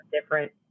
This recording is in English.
different